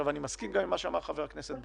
אני מסכים גם עם מה שאמר חבר הכנסת ברקת,